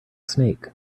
snake